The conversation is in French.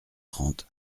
trente